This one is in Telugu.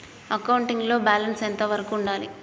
అకౌంటింగ్ లో బ్యాలెన్స్ ఎంత వరకు ఉండాలి?